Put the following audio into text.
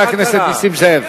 חבר הכנסת נסים זאב.